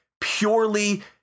purely